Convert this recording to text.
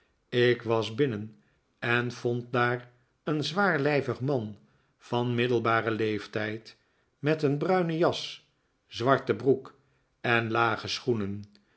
ik kwam binnen en vond daar een zwaarlijvig man van'middelbaren leeftijd met een bruine jas zwarte broek en iage schoenen